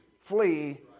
Flee